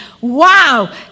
Wow